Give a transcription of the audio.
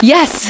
Yes